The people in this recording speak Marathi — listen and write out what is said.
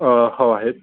अ हो आहेत